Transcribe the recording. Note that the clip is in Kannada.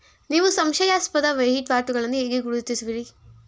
ನೀವು ಸಂಶಯಾಸ್ಪದ ವಹಿವಾಟುಗಳನ್ನು ಹೇಗೆ ಗುರುತಿಸುವಿರಿ?